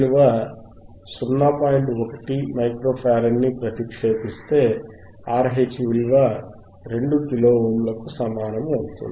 1 microfarad ని ప్రతిక్షేపిస్తే RH విలువ 2 కిలో ఓమ్ లకు సమానం అవుతుంది